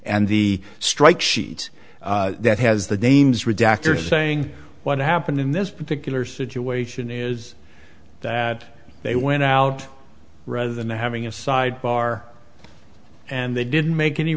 and the strike sheet that has the names redactor saying what happened in this particular situation is that they went out rather than having a sidebar and they didn't make any